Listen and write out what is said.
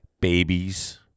babies